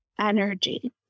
energy